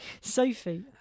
Sophie